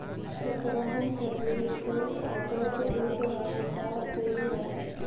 सतरहम सदी मे फ्रेंच आ डच जुटक आविष्कार केने रहय